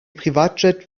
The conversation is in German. privatjet